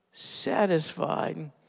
satisfied